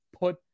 put